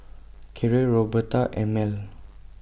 Keira Roberta and Mell